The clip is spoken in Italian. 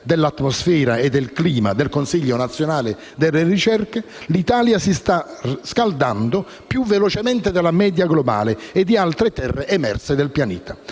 dell'atmosfera e del clima del Consiglio nazionale delle ricerche, l'Italia si sta scaldando più velocemente della media globale e di altre terre emerse del pianeta.